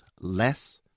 less